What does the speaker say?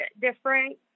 different